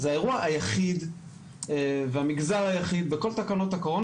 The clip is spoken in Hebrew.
זה האירוע היחיד והמגזר היחיד בכל תקנות הקורונה